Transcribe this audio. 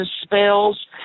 spells